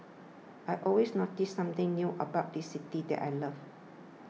I always notice something new about this city that I love